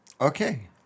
Okay